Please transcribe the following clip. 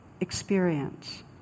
Experience